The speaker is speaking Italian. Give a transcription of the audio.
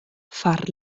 far